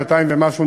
שעתיים ומשהו,